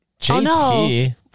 JT